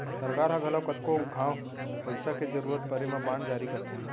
सरकार ह घलौ कतको घांव पइसा के जरूरत परे म बांड जारी करथे